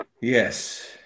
Yes